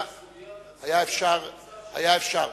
היה אפשר.